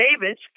David